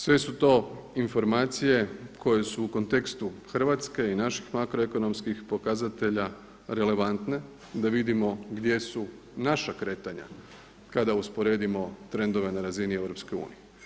Sve su to informacije koje su u kontekstu Hrvatske i naših makroekonomskih pokazatelja relevantne da vidimo gdje su naša kretanja kada usporedimo trendove na razini EU.